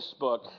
Facebook